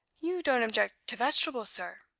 you don't object to vegetables, sir?